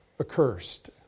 accursed